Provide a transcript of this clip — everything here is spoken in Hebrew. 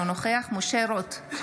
אינו נוכח משה רוט,